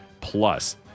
plus